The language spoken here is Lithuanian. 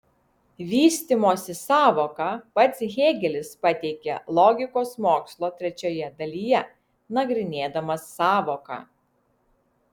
vystymosi sąvoką pats hėgelis pateikė logikos mokslo trečioje dalyje nagrinėdamas sąvoką